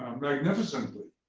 magnificently.